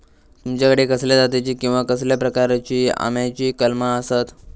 तुमच्याकडे कसल्या जातीची किवा कसल्या प्रकाराची आम्याची कलमा आसत?